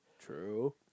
True